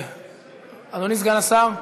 אדוני סגן השר.